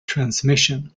transmission